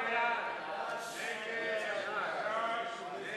ההצעה להסיר מסדר-היום את הצעת חוק החברות (תיקון,